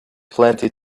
plenty